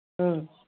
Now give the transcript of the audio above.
ꯎꯝ